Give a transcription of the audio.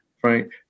Frank